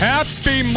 Happy